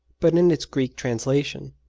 but in its greek translation.